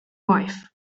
wife